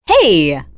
Hey